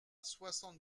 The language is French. soixante